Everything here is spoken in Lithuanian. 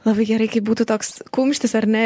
labai gerai kai būtų toks kumštis ar ne